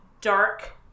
dark